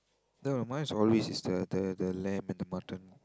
no mines always is the the lamb or the mutton